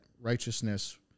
righteousness